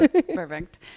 perfect